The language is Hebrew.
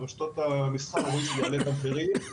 אז רשתות המסחר אומרות שזה יעלה את המחירים.